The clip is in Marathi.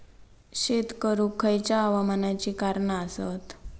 शेत करुक खयच्या हवामानाची कारणा आसत?